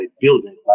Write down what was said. building